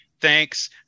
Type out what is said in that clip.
thanks